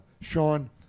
Sean